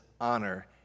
honor